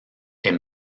est